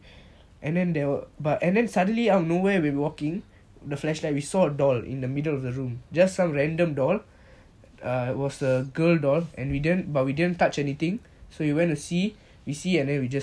and then there were but and then suddenly out of nowhere we were walking the flashlight we saw a doll in the middle of the room just some random doll err it was a girl doll and we didn't but we didn't touch anything so we went to see we see and then we just left